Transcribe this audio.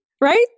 right